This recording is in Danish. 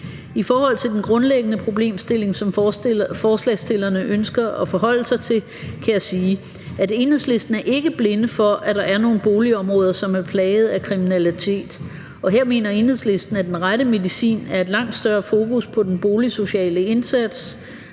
I forhold til den grundlæggende problemstilling, som forslagsstillerne ønsker at forholde sig til, kan jeg sige, at Enhedslisten ikke er blinde for, at der er nogle boligområder, som er plaget af kriminalitet. Her mener Enhedslisten, at den rette medicin er et langt større fokus på den boligsociale indsats,